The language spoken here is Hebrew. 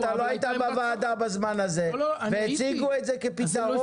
אתה לא היית בוועדה בזמן הזה והציגו את זה כפתרון.